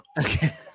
Okay